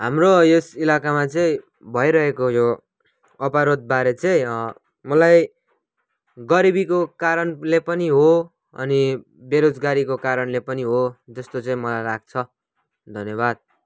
हाम्रो यस इलाकामा चाहिँ भइरहेको यो अपराधबारे चाहिँ मलाई गरिबीको कारणले पनि हो अनि बेरोजगारीको कारणले पनि हो जस्तो चाहिँ मलाई लाग्छ धन्यवाद